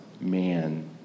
man